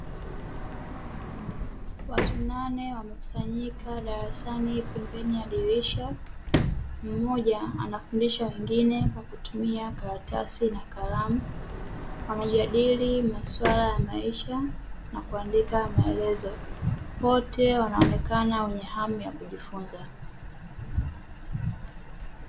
Watu nane wamekusanyika darasani pembeni ya dirisha, mmoja anafundisha wengine kwa kutumia karatasi na kalamu wanajadili masuala ya maisha na kuandika maelezo wote wanaonekana wenye hamu ya kujifunza.